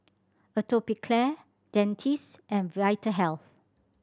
Atopiclair Dentiste and Vitahealth